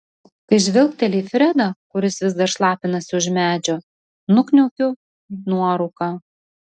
kai žvilgteli į fredą kuris vis dar šlapinasi už medžio nukniaukiu nuorūką